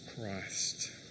Christ